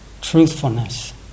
Truthfulness